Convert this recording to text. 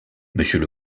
monsieur